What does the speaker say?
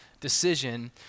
decision